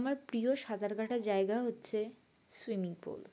আমার প্রিয় সাঁতার কাটার জায়গা হচ্ছে সুইমিং পুল